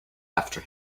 after